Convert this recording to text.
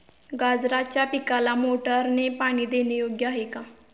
गाजराच्या पिकाला मोटारने पाणी देणे योग्य आहे का?